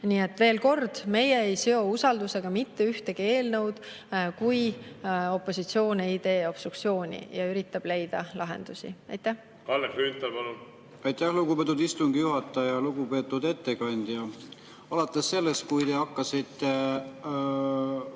Nii et veel kord: meie ei seo usaldusega mitte ühtegi eelnõu, kui opositsioon ei tee obstruktsiooni ja üritab leida lahendusi. Kalle Grünthal, palun! Kalle Grünthal, palun! Aitäh, lugupeetud istungi juhataja! Lugupeetud ettekandja! Alates sellest, kui te hakkasite